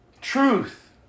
Truth